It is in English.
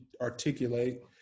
articulate